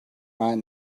right